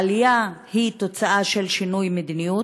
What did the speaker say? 3. העלייה היא תוצאה של שינוי מדיניות?